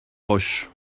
roche